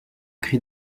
cri